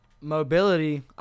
mobility